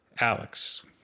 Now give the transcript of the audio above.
Alex